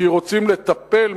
כי רוצים לטפל,